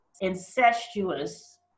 incestuous